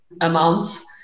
amounts